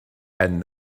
and